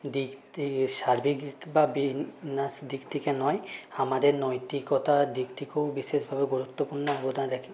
দিক সার্বিক বা বিন্যাস দিক থেকে নয় আমাদের নৈতিকতার দিক থেকেও বিশেষভাবে গুরুত্বপূর্ণ অবদান রাখে